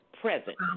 present